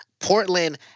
portland